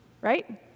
right